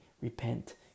repent